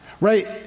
Right